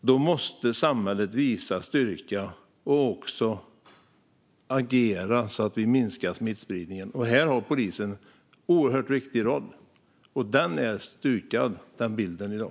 Då måste samhället visa styrka och också agera så att smittspridningen minskar. Här har polisen en oerhört viktig roll. Denna bild är stukad i dag.